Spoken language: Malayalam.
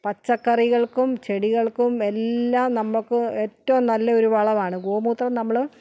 പച്ചക്കറികള്ക്കും ചെടികള്ക്കും എല്ലാം നമുക്ക് ഏറ്റവും നല്ല ഒരു വളവാണ് ഗോമൂത്രം നമ്മള്